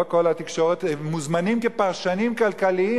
לא כל התקשורת הם מוזמנים כפרשנים כלכליים,